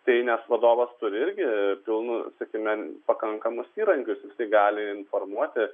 tai nes vadovas turi irgi pilnus sakykime pakankamus įrankius tai gali informuoti